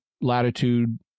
latitude